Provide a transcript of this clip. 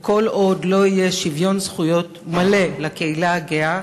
כל עוד לא יהיה שוויון זכויות מלא לקהילה הגאה,